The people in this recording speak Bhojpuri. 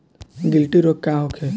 गिलटी रोग का होखे?